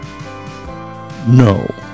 No